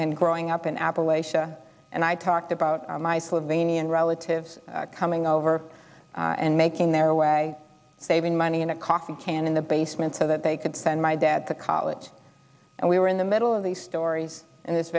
and growing up in appalachian and i talked about relatives coming over and making their way saving money in a coffee can in the basement so that they could send my dad to college and we were in the middle of the stories and it's